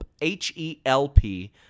H-E-L-P